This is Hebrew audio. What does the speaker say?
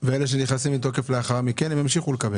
ואלה שנכנסים לתוקף לאחר מכן, הם ימשיכו לקבל?